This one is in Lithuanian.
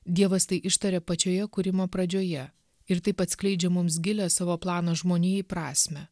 dievas tai ištarė pačioje kūrimo pradžioje ir taip atskleidžia mums gilią savo plano žmonijai prasmę